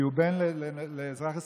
כי הוא בן לאזרח ישראלי.